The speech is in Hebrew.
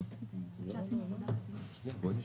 בדיוק.